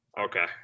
Okay